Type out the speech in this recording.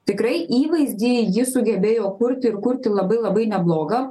tikrai įvaizdį ji sugebėjo kurti ir kurti labai labai neblogą